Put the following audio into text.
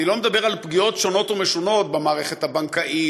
אני לא מדבר על פגיעות שונות ומשונות במערכת הבנקאית,